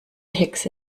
hexe